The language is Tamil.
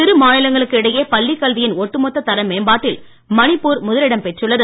சிறு மாநிலங்களுக்கு இடையே பள்ளிக் கல்வியின் ஒட்டுமொத்த தர மேம்பாட்டில் மணிப்பூர் முதலிடம் பெற்றுள்ளது